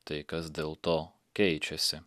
tai kas dėl to keičiasi